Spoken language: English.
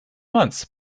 months